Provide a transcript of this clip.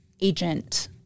agent